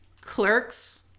Clerks